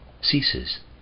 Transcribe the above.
ceases